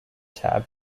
tab